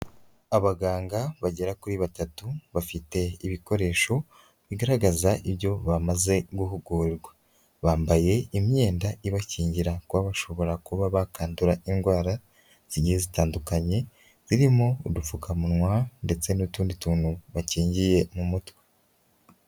Abaganga bagera kuri batatu bafite ibikoresho bigaragaza ibyo bamaze guhugurwa, bambaye imyenda ibakingira kuba bashobora kuba bakandura indwara zigiye zitandukanye, zirimo udupfukamunwa ndetse n'utundi tuntu bakingiye mu mutwe.